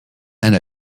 and